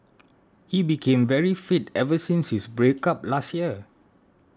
he became very fit ever since his break up last year